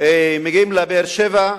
מגיעים לבאר-שבע,